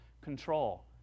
control